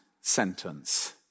sentence